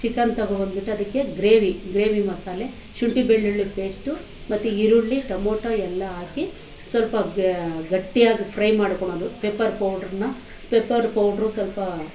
chicken ತೊಗೊಬನ್ಬಿಟ್ಟು ಅದಕ್ಕೆ gravy gravy ಮಸಾಲೆ ಶುಂಠಿ ಬೆಳ್ಳುಳ್ಳಿ ಪೇಶ್ಟು ಮತ್ತು ಈರುಳ್ಳಿ ಟೊಮೊಟೊ ಎಲ್ಲ ಹಾಕಿ ಸ್ವಲ್ಪ ಗಟ್ಟಿಯಾಗಿ ಫ್ರೈ ಮಾಡ್ಕೊಳೋದು ಪೆಪ್ಪರ್ ಪೌಡ್ರನ್ನು ಪೆಪ್ಪರ್ ಪೌಡ್ರು ಸ್ವಲ್ಪ